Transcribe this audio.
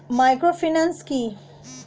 Microfinance কি?